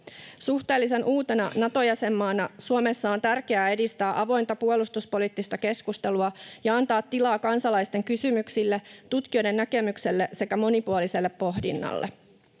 Suhteellisen uutena Nato-jäsenmaana Suomessa on tärkeää edistää avointa puolustuspoliittista keskustelua ja antaa tilaa kansalaisten kysymyksille, tutkijoiden näkemyksille sekä monipuoliselle pohdinnalle.